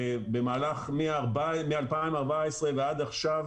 מ- 2014 ועד עכשיו